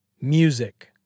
Music